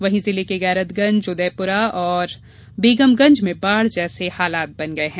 वहीं जिले के गैरतगंज उदयपुरा और बेगमगंज में बाढ़ जैसे हालात बन गये हैं